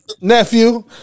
nephew